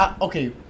Okay